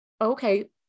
okay